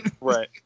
Right